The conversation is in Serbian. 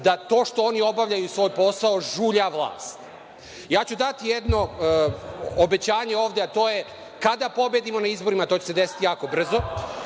da to što oni obavljaju svoj posao žulja vlast. Ja ću dati jedno obećanje ovde, a to je, kada pobedimo na izborima, a to će se desiti jako brzo,